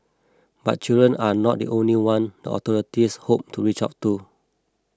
but children are not the only one the authorities hope to reach out to